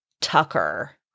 Tucker